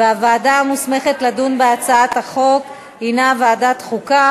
הוועדה המוסמכת לדון בהצעת החוק היא ועדת החוקה,